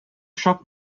schock